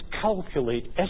calculate